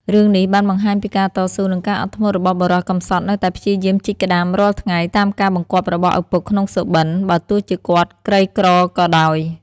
រឿងនេះបានបង្ហាញពីការតស៊ូ និងការអត់ធ្មត់របស់បុរសកំសត់នៅតែព្យាយាមជីកក្ដាមរាល់ថ្ងៃតាមការបង្គាប់របស់ឪពុកក្នុងសុបិន បើទោះជាគាត់ក្រីក្រក៏ដោយ។